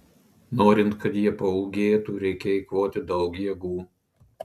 norint kad jie paūgėtų reikia eikvoti daug jėgų